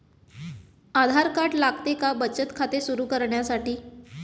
आधार card लागते का बचत खाते सुरू करण्यासाठी?